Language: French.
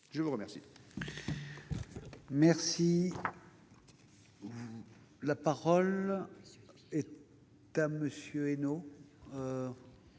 Je vous remercie